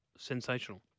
Sensational